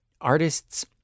artists